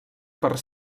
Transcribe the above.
per